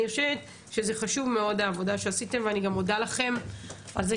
אני חושבת שזה חשוב מאוד העבודה שעשיתם ואני גם מודה לכם על זה